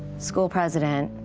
school president,